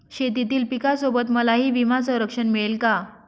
शेतीतील पिकासोबत मलाही विमा संरक्षण मिळेल का?